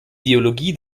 ideologie